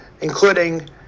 including